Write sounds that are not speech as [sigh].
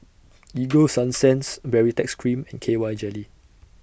[noise] Ego Sunsense Baritex Cream and K Y Jelly